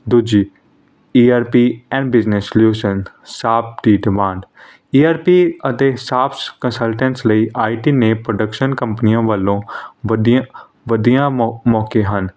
ਦੂਜੀ A R P M business solution SAP ਦੀ demand A R P ਅਤੇ SAPs consultant ਲਈ I T ਨੇ ਪ੍ਰੋਡਕਸ਼ਨ ਕੰਪਨੀਆਂ ਵੱਲੋਂ ਵੱਧੀਆਂ ਵਧੀਆ ਮੌਕੇ ਹਨ